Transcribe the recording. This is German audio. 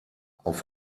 auf